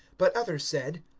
but others said,